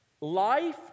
Life